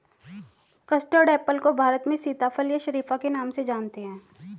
custard apple को भारत में सीताफल या शरीफा के नाम से जानते हैं